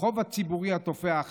החוב הציבורי התופח,